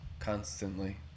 constantly